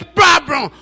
problem